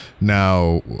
Now